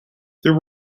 there